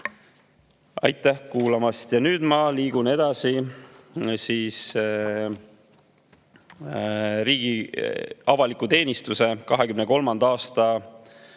Aitäh kuulamast! Nüüd ma liigun edasi riigi avaliku teenistuse 2023. aasta